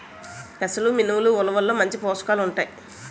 పెసలు మినుములు ఉలవల్లో మంచి పోషకాలు ఉంటాయి